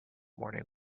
morning